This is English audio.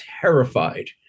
terrified